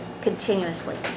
continuously